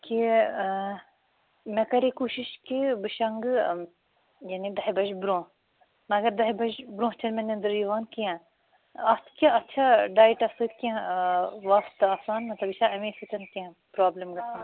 کہِ مےٚ کَرے کوٗشِش کہِ بہٕ شۄنٛگہٕ یعنی دَہہِ بَجہِ بٛرونٛہہ مگر دَہہِ بَجہِ برٛونٛہہ چھَنہٕ مےٚ نٮ۪نٛدٕر یِوان کیٚنٛہہ اَتھ کیٛاہ اَتھ چھا ڈایٹَس سۭتۍ کیٚنٛہہ واسطہٕ آسان مطلب یہِ چھا اَمے سۭتۍ کیٚنٛہہ پرٛابلِم گَژھان آ